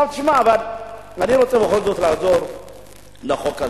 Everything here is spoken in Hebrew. תשמע, אני רוצה בכל זאת לחזור לחוק הזה.